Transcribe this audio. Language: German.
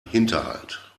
hinterhalt